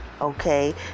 okay